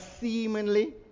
seemingly